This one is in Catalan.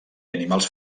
animals